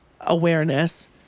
awareness